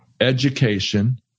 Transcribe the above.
education